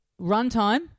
runtime